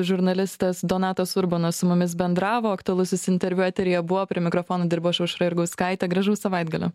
žurnalistas donatas urbonas su mumis bendravo aktualusis interviu eteryje buvo prie mikrofono dirbau aš aušra jurgauskaitė gražaus savaitgalio